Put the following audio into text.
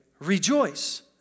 rejoice